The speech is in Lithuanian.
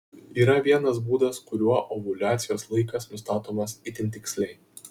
yra vienas būdas kuriuo ovuliacijos laikas nustatomas itin tiksliai